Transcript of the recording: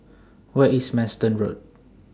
Where IS Manston Road